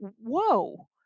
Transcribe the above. whoa